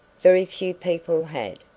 very few people had,